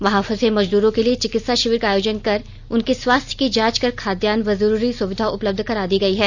वहां फसे मजदूरों के लिए चिकित्सा शिविर का आयोजन कर उनके स्वास्थ्य की जांच कर खाद्यान्न व जरूरी सुविधा उपलब्ध करा दी गई है